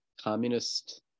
communist